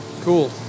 Cool